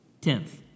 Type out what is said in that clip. Tenth